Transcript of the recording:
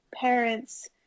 parents